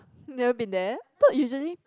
never been there thought usually